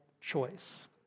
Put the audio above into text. choice